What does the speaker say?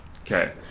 okay